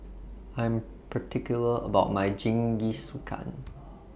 I Am particular about My Jingisukan